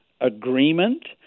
agreement